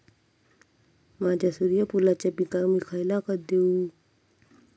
माझ्या सूर्यफुलाच्या पिकाक मी खयला खत देवू?